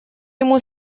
ему